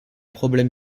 problème